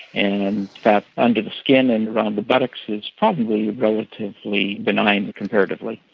and fat under the skin and around the buttocks is probably relatively benign comparatively.